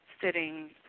sitting